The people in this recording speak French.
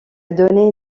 donné